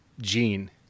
gene